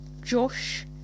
Josh